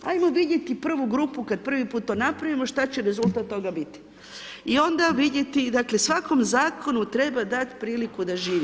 Ajmo vidjeti prvu grupu, kad prvi put to napravimo šta će rezultat toga biti i onda vidjeti, dakle svakom zakonu treba dati priliku da živi.